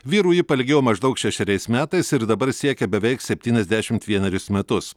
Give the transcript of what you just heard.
vyrų ji pailgėjo maždaug šešeriais metais ir dabar siekia beveik septyniasdešimt vienerius metus